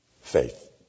faith